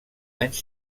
anys